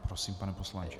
Prosím, pane poslanče.